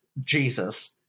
jesus